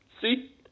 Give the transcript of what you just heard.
See